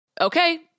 okay